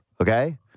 Okay